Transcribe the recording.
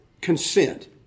consent